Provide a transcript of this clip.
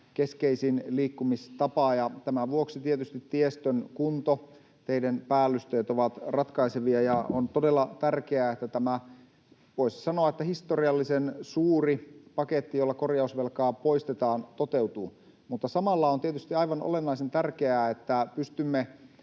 keskeisin liikkumistapa, ja tämän vuoksi tietysti tiestön kunto, teiden päällysteet ovat ratkaisevia. On todella tärkeää, että tämä, voisi sanoa, historiallisen suuri paketti, jolla korjausvelkaa poistetaan, toteutuu. Mutta samalla on tietysti aivan olennaisen tärkeää, että pystymme